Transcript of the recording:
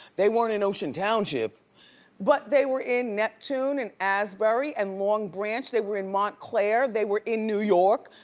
they weren't in ocean township but they were in neptune and asbury and long branch. they were in montclair, they were in new york.